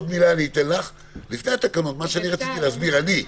מה שרציתי להסביר אני,